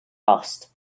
bost